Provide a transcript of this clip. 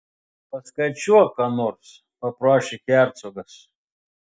paskaičiuok ką nors paprašė hercogas